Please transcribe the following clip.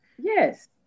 Yes